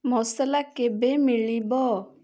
ମସଲା କେବେ ମିଳିବ